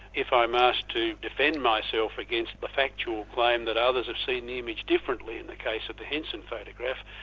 if i'm asked to defend myself against the factual claim that others have seen the image differently in the case of the henson photograph,